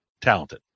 talented